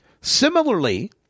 Similarly